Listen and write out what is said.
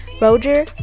Roger